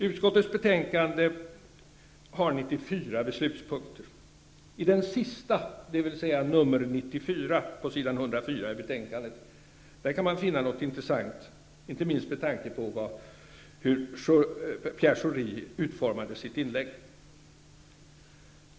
Utskottets betänkande har 94 beslutspunkter. I den sista, dvs. nr 94 på s. 104 i betänkandet, kan man finna något intressant, inte minst med tanke på hur Pierre Schori utformade sitt inlägg.